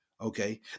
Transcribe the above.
Okay